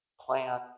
plan